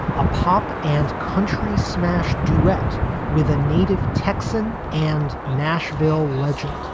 a pop and country smash duet with a native texan and nashville legend.